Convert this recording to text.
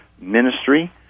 ministry